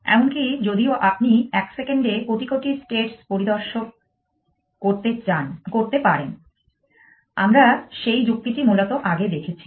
এমনকি যদিও আপনি এক সেকেন্ডে কোটি কোটি স্টেটস পরিদর্শক করতে পারেন আমরা সেই যুক্তিটি মূলত আগে দেখেছি